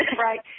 Right